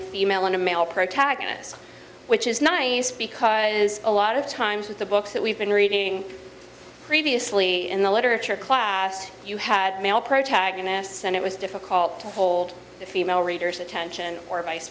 a female and a male protagonist which is nice because a lot of times with the books that we've been reading previously in the literature class you had male protagonists and it was difficult to hold the female readers attention or vice